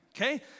Okay